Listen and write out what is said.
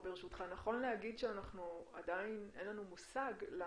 נכון להגיד שעדיין אין לנו מושג על